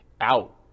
out